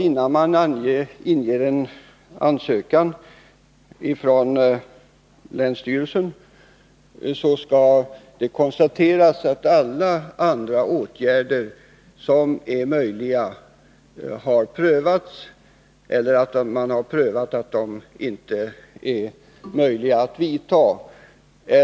Innan man inger en ansökan från länsstyrelsen, skall det konstateras att alla andra åtgärder som är möjliga har prövats eller att man undersökt att de inte är möjliga att vidta.